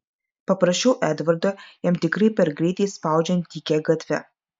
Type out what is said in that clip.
paprašiau edvardo jam tikrai per greitai spaudžiant tykia gatve